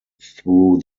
through